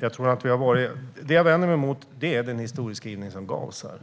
Herr talman! Det jag vänder mig mot är den historieskrivning som gavs här.